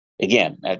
again